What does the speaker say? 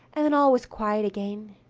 and then all was quiet again.